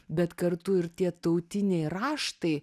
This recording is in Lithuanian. bet kartu ir tie tautiniai raštai